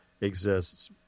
exists